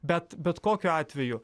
bet bet kokiu atveju